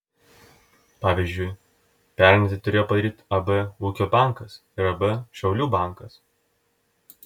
pavyzdžiui pernai tai turėjo padaryti ab ūkio bankas ir ab šiaulių bankas